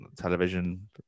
television